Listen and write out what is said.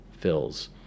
fills